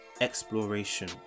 exploration